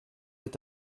est